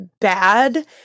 bad